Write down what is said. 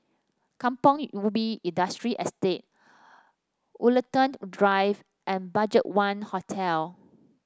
Kampong Ubi Industrial Estate Woollerton Drive and BudgetOne Hotel